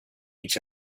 each